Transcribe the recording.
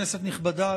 כנסת נכבדה,